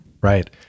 Right